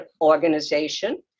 organization